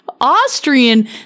Austrian